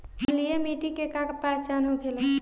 अम्लीय मिट्टी के का पहचान होखेला?